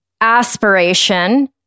Aspiration